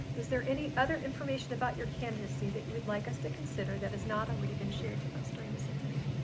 is there any other information about your candidacy that you would like us to consider that has not already been shared with us during this interview?